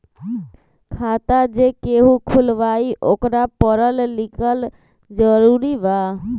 खाता जे केहु खुलवाई ओकरा परल लिखल जरूरी वा?